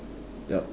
yup